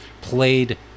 played